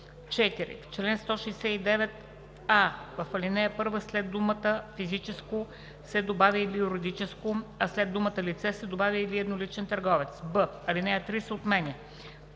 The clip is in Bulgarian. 4. В чл. 169: а) в ал. 1 след думата „физическо“ се добавя „или юридическо“, а след думата „лице“ се добавя „или едноличен търговец“; б) алинея 3 се отменя.